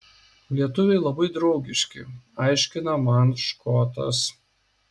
lietuviai labai draugiški aiškina man škotas